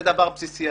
זה דבר בסיסי.